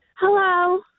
Hello